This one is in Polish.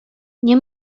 nie